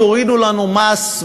תורידו לנו מס,